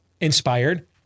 inspired